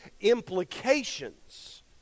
implications